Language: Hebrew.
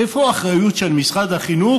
איפה האחריות של משרד החינוך